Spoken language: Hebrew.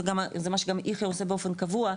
זה גם מה שיחיא עושה באופן קבוע.